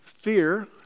Fear